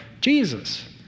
Jesus